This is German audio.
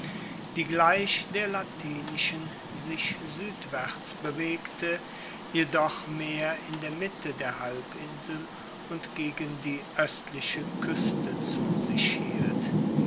die gleich der latinischen sich suedwaerts bewegte jedoch mehr in der mitte der halbinsel und gegen die oestliche kueste zu sich hielt